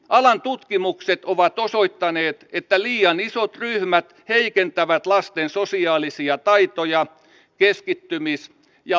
alan tutkimukset ovat osoittaneet että liian isot ryhmät heikentävät lasten sosiaalisia taitoja sekä keskittymis ja oppimiskykyä